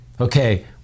Okay